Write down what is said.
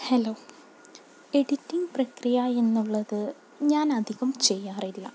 hello editing പ്രക്രിയ എന്നുള്ളത് ഞാൻ അധികം ചെയ്യാറില്ല